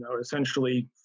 essentially